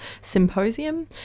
Symposium